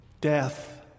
Death